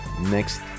next